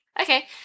Okay